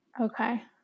Okay